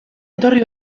etorri